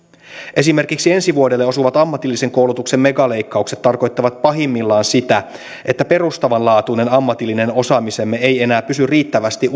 esimerkiksi ensi vuodelle osuvat ammatillisen koulutuksen megaleikkaukset tarkoittavat pahimmillaan sitä että perustavanlaatuinen ammatillinen osaamisemme ei enää pysy riittävästi